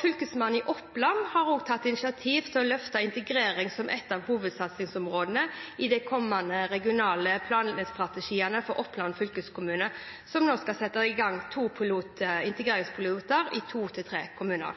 Fylkesmannen i Oppland har tatt initiativ til å løfte integrering som et av hovedsatsingsområdene i den kommende regionale planstrategien for Oppland fylkeskommune, og skal sette i gang integreringspiloter i to–tre kommuner.